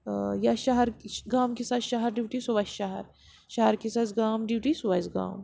یا شہر گام کِس آسہِ شَہر ڈِوٹی سُہ وَسہِ شَہر شَہر کِس آسہِ گام ڈِوٹی سُہ وَسہِ گام